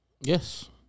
Yes